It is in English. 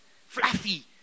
fluffy